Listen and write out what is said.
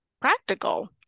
Practical